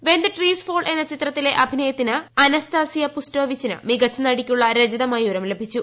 when the trees fall എന്ന ചിത്രത്തിലെ അഭിനയത്തിന് അനസ്താസിയ പുസ്ടോവിച്ചിന് മികച്ച നടിക്കുളള രജതമയൂരം ലഭിച്ചു